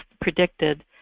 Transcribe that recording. predicted